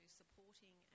supporting